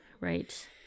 Right